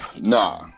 Nah